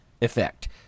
effect